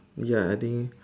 ya I think